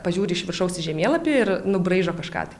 pažiūri iš viršaus į žemėlapį ir nubraižo kažką tai